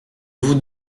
vous